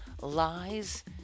lies